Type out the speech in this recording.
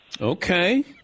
Okay